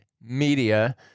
media